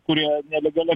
kurie nelegalia